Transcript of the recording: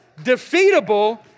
defeatable